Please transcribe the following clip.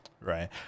Right